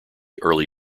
early